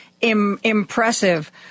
impressive